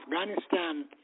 Afghanistan